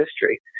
history